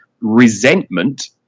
resentment